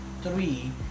three